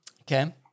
Okay